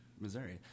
Missouri